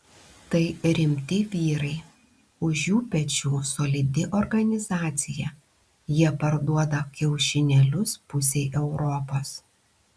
tai rimti vyrai už jų pečių solidi organizacija jie parduoda kiaušinėlius pusei europos